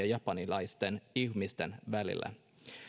japanilaisten ihmisten välillä